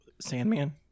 Sandman